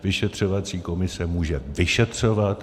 Vyšetřovací komise může vyšetřovat.